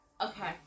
Okay